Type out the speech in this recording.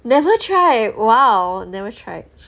never try !wow! never tried